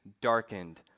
darkened